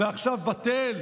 ועכשיו בטל?